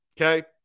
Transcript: okay